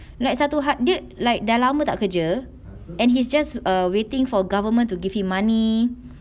like satu ha~ dia like dah lama tak kerja and he's just err waiting for government to give him money